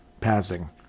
passing